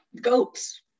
Goats